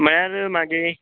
म्हळ्यार मागे